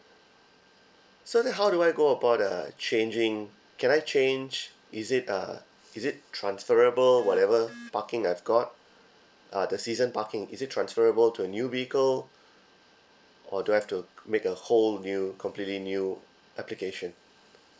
so then how do I go about uh changing can I change is it uh is it transferable whatever parking I've got uh the season parking is it transferable to a new vehicle or do I have to make a whole new completely new application